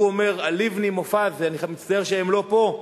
הוא אומר על לבני, מופז, אני מצטער שהם לא פה: